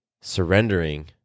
surrendering